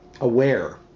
aware